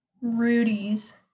Rudy's